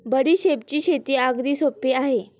बडीशेपची शेती अगदी सोपी आहे